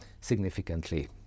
significantly